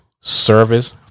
service